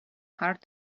hard